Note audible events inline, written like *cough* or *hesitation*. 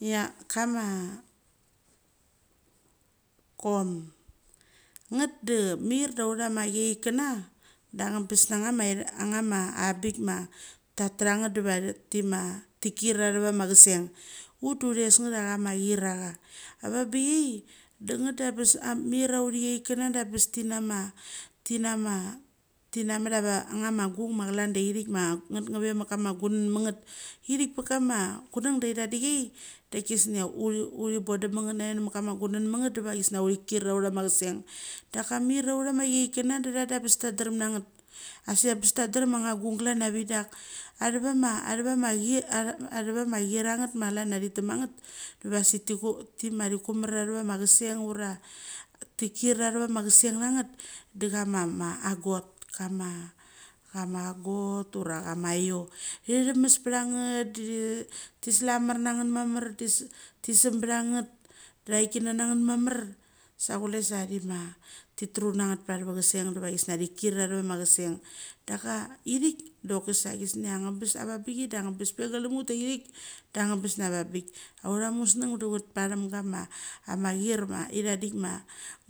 Ngecha kama *hesitation* kom. Thet da mir da authiakana da angbes na chama *unintelligible* ma tata nget dava tima tikir atha vama thesing uthdu senget chia chama chiracha. Avanbichia da nget da abes tina ma *hesitation* achama guing ma chlan daeik ma nget ngve met kama glingmit mitnget ithik pakama kung da ehtangdikia da kushneha uthi bondem mat nget da. *unintelligible* lithi kir anthama kseng. Da mir authiakana dacha da bes tatram nangte, asik abes tatram cha authagung klan avik, da *hesitation* chiranget ma tetik mangnet deva sik *hesitation* thikumar athavama seing nanget fa chaima aicho. Da ithithamas pacha nget, tislamar nanget mamar *hesitation* da chathikina nanget, mamar, sa kule sa thidrut nget patha seng va kisngecha titin a vacha seng. Daka ithik do kosa abes navangbikchia da angbes navungbik. Autha museng de ut pacham kama athir ma ithangdik ma